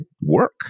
work